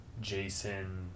Jason